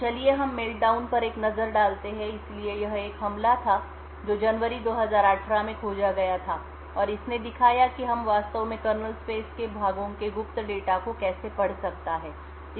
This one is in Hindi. तो चलिए हम मेल्टडाउन पर एक नज़र डालते हैं इसलिए यह एक हमला था जो जनवरी 2018 में खोजा गया था और इसने दिखाया कि हम वास्तव में कर्नेल स्पेस के भागों के गुप्त डेटा को कैसे पढ़ सकते हैं